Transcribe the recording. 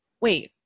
Wait